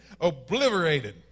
obliterated